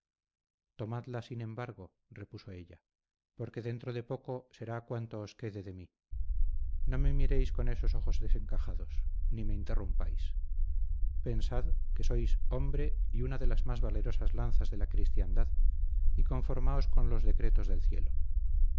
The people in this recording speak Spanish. tomadla sin embargo repuso ella porque dentro de poco será cuanto os quede de mí no me miréis con esos ojos desencajados ni me interrumpáis pensad que sois hombre y una de las más valerosas lanzas de la cristiandad y conformaos con los decretos del cielo